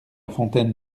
fontaine